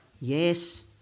Yes